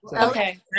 Okay